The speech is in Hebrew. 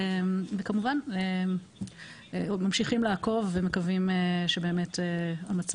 אנחנו ממשיכים לעקוב ומקווים שהמצב